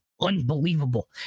unbelievable